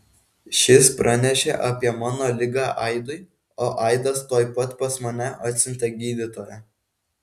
šis pranešė apie mano ligą aidui o aidas tuoj pat pas mane atsiuntė gydytoją